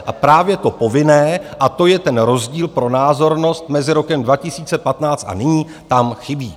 A právě to povinné, a to je ten rozdíl pro názornost mezi rokem 2015 a nyní, tam chybí.